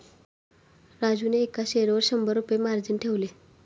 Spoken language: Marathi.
राजूने एका शेअरवर शंभर रुपये मार्जिन ठेवले